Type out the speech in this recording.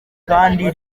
kandi